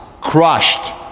crushed